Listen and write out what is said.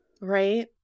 Right